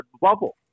bubble